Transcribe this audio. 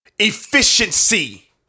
efficiency